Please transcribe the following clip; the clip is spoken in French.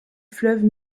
fleuve